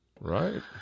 Right